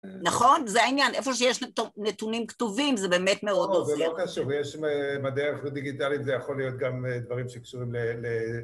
נכון? זה העניין, איפה שיש נתונים כתובים, זה באמת מאוד עוזר. לא, זה לא קשור, יש מדעי ערכות דיגיטלית, זה יכול להיות גם דברים שקשורים ל...